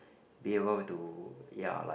be able to ya like